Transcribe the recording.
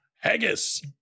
haggis